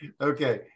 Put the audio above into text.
okay